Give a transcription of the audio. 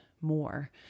more